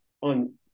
on